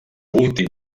últim